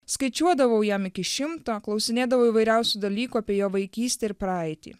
skaičiuodavau jam iki šimto klausinėdavau įvairiausių dalykų apie jo vaikystę ir praeitį